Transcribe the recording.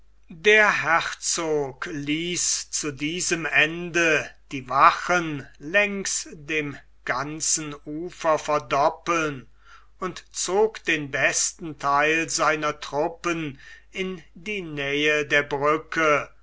der herzog ließ zu diesem ende die wachen längs dem ganzen ufer verdoppeln und zog den besten theil seiner truppen in die nähe der brücke